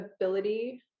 ability